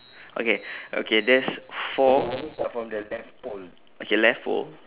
okay okay there's four okay left pole